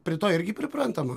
prie to irgi priprantama